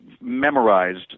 memorized